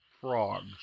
frogs